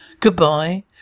Goodbye